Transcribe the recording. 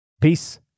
Peace